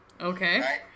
Okay